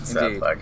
Indeed